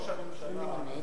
ראש הממשלה.